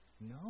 No